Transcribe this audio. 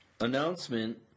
Announcement